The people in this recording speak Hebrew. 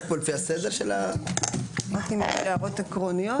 מכבד אותנו בנוכחותו חבר הכנסת משה (קינלי) טור פז.